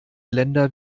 länder